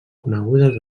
conegudes